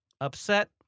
Upset